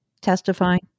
testifying